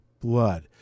blood